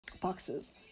boxes